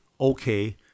okay